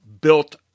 built